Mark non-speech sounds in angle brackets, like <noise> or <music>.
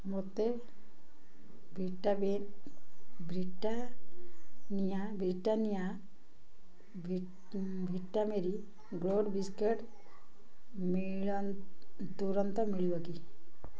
ମୋତେ <unintelligible> Britannia Britannia Vita Marie <unintelligible> biscuit ମିଳନ୍ ତୁରନ୍ତ ମିଳିବ କି